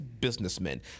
businessmen